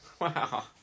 wow